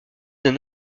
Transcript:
d’un